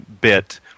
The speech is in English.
bit